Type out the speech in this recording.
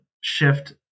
shift